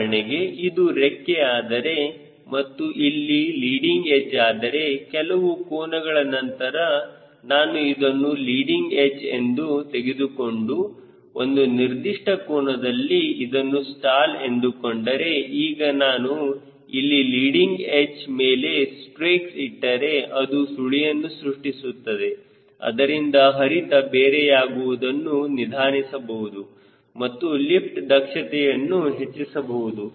ಉದಾಹರಣೆಗೆ ಇದು ರೆಕ್ಕೆ ಆದರೆ ಮತ್ತು ಇದು ಲೀಡಿಂಗ್ ಎಡ್ಚ್ ಆದರೆ ಕೆಲವು ಕೋನಗಳ ನಂತರ ನಾನು ಇದನ್ನು ಲೀಡಿಂಗ್ ಎಡ್ಚ್ ಎಂದು ತೆಗೆದುಕೊಂಡು ಒಂದು ನಿರ್ದಿಷ್ಟ ಕೋನದಲ್ಲಿ ಇದನ್ನು ಸ್ಟಾಲ್ ಎಂದುಕೊಂಡರೆ ಈಗ ನಾನು ಇಲ್ಲಿ ಲೀಡಿಂಗ್ ಎಡ್ಚ್ ಮೇಲೆ ಸ್ಟ್ರೇಕ್ಸ್ ಇಟ್ಟರೆ ಅದು ಸುಳಿಯನ್ನು ಸೃಷ್ಟಿಸುತ್ತದೆ ಅದರಿಂದ ಹರಿತ ಬೇರೆ ಯಾಗುವುದನ್ನು ನಿಧಾನಿಸಬಹುದು ಮತ್ತು ಲಿಫ್ಟ್ ದಕ್ಷತೆಯನ್ನು ಹೆಚ್ಚಿಸಬಹುದು